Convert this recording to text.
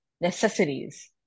necessities